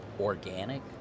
organic